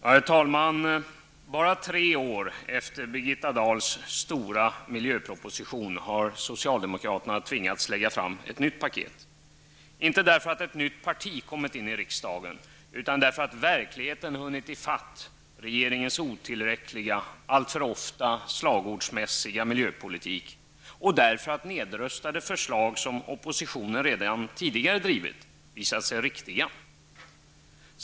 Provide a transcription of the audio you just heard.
Herr talman! Bara tre år efter Birgitta Dahls ''stora'' miljöproposition har socialdemokraterna tvingats lägga fram ett nytt paket. Inte därför att ett nytt parti kommit in i riksdagen, utan därför att verkligheten hunnit i fatt regeringens otillräckliga, alltför ofta slagordsmässiga miljöpolitik och därför att nedröstade förslag som oppositionen redan tidigare drivit visat sig vara riktiga.